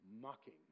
mocking